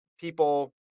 people